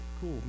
Cool